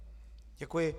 Děkuji.